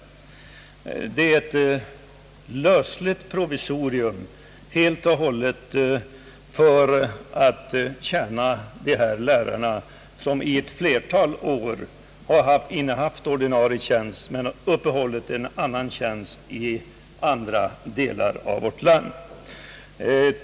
Detta är ett lösligt provisorium, helt och hållet tillkommet för att tjäna de lärare som under ett flertal år har innehaft ordinarie tjänst men uppehållit en annan tjänst i andra delar av vårt land.